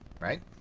right